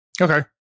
Okay